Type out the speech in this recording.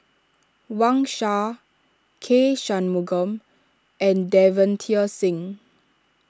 Wang Sha K Shanmugam and Davinder Singh